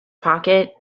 pocket